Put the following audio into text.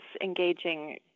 engaging